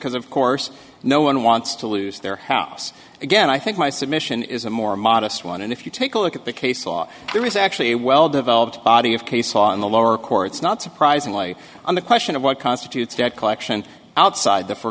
because of course no one wants to lose their house again i think my submission is a more modest one and if you take a look at the case law there is actually a well developed body of case law in the lower courts not surprisingly on the question of what constitutes debt collection outside the for